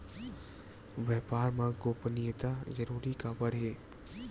व्यापार मा गोपनीयता जरूरी काबर हे?